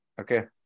okay